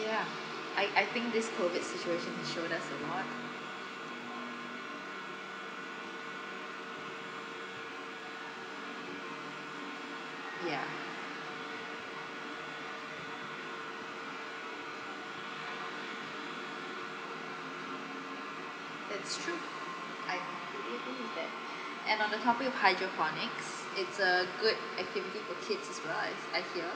ya I I think this COVID situation has shown us a lot ya that's true I could it be that and on the topic of hydroponics it's a good activity for kids as well as I hear